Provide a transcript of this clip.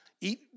eat